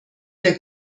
der